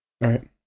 right